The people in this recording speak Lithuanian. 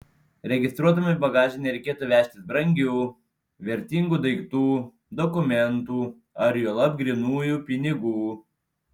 registruotame bagaže nereikėtų vežtis brangių vertingų daiktų dokumentų ar juolab grynųjų pinigų